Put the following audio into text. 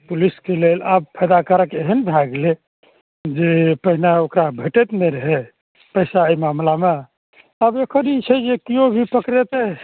पुलिसके लेल आब फायदाकारक एहन भए गेलय जे पहिने ओकरा भेटैत नहि रहय पैसा अइ मामिलामे आब एकर ई छै जे केओ भी पकड़ैतय